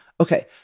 Okay